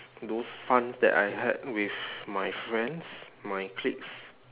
those fun that I had with my friends my cliques